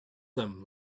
them